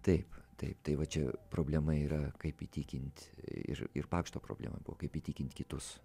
taip taip tai va čia problema yra kaip įtikint ir ir pakšto problema buvo kaip įtikint kitus